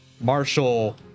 Marshall